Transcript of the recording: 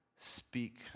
Speak